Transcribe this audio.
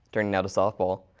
turning now to softball.